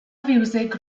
fiwsig